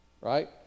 right